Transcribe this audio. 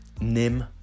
NIM